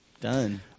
Done